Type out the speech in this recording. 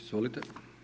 Izvolite.